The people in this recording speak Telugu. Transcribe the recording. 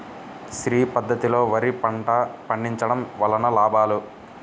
శ్రీ పద్ధతిలో వరి పంట పండించడం వలన లాభాలు?